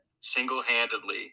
single-handedly